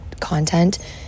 content